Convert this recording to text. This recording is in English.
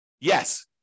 Yes